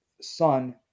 son